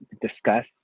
discuss